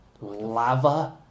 lava